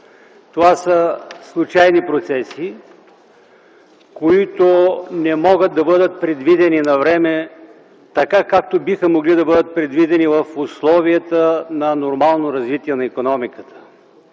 Това са случайни процеси, които не могат да бъдат предвидени навреме така, както биха могли да бъдат предвидени в условията на нормално развитие на икономиката.